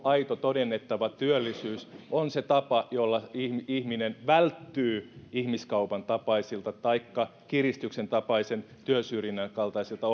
aito todennettava työllisyys on se tapa jolla ihminen välttyy ihmiskaupan tapaisilta taikka kiristyksen tapaisen työsyrjinnän kaltaisilta